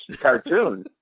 cartoon